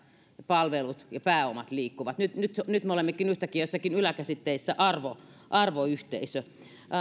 palvelut ja pääomat liikkuvat nyt nyt me olemmekin yhtäkkiä jossakin yläkäsitteessä arvoyhteisö